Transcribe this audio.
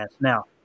Now